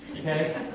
okay